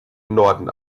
norden